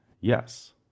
Yes